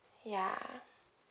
ya